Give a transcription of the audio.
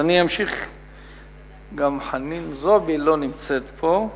גם חנין זועבי לא נמצאת פה.